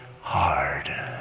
hard